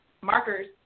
markers